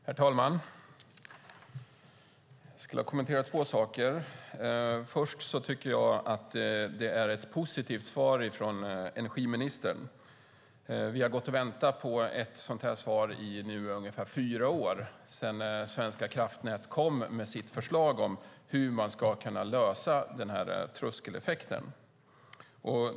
Herr talman! Jag skulle vilja kommentera två saker. För det första tycker jag att det är ett positivt svar från energiministern. Vi har gått och väntat på ett sådant här svar i ungefär fyra år, alltså sedan Svenska kraftnät kom med sitt förslag om hur man ska kunna lösa den här tröskeleffekten.